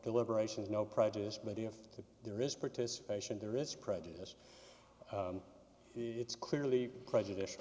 deliberations no prejudice but if there is participation there is prejudice it's clearly prejudicial